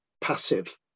passive